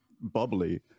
bubbly